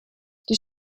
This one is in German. die